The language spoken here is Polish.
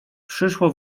przyszło